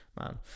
man